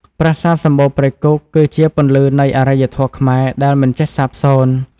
ប្រាសាទសំបូរព្រៃគុក គឺជាពន្លឺនៃអរិយធម៌ខ្មែរដែលមិនចេះសាបសូន្យ។